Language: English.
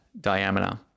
diameter